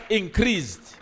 increased